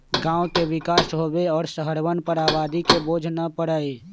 गांव के विकास होवे और शहरवन पर आबादी के बोझ न पड़ई